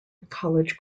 college